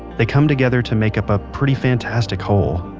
they come together to make up a pretty fantastic whole.